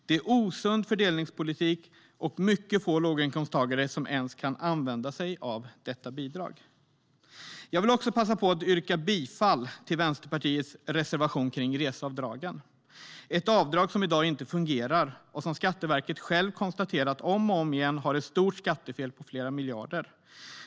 Det är osund fördelningspolitik, och det är mycket få låginkomsttagare som ens kan använda sig av detta bidrag. Jag vill också passa på att yrka bifall till Vänsterpartiets reservation om reseavdragen. Det är ett avdrag som i dag inte fungerar och som Skatteverket om och om igen har konstaterat har ett stort skattefel på flera miljarder.